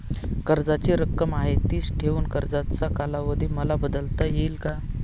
कर्जाची रक्कम आहे तिच ठेवून कर्जाचा कालावधी मला बदलता येईल का?